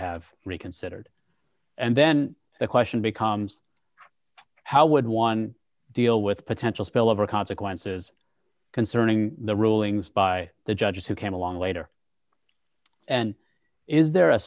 have reconsidered and then the question becomes how would one deal with potential spillover consequences concerning the rulings by the judges who came along later and is there a